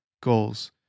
goals